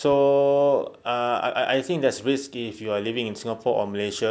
so ah I I think there's risk if you're living in singapore or malaysia